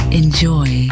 enjoy